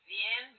Bien